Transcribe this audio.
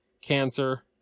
cancer